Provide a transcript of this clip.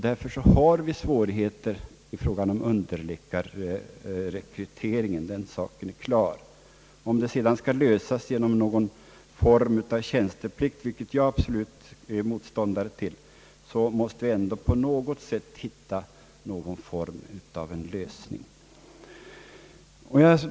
Därför har vi självfallet svårigheter i fråga om underläkarrekryteringen. Om det sedan skall lösas genom någon form av tjänsteplikt, vilket jag är absolut motståndare till, måste vi på något sätt hitta en utväg.